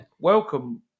Welcome